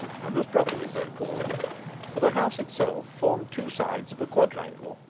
and was properly so called for the house itself formed two sides of a quadrangle,